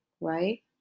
right